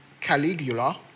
Caligula